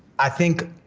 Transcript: i think,